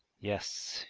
yes,